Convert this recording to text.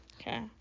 okay